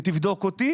ותבדוק אותי